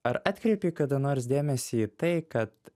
ar atkreipei kada nors dėmesį į tai kad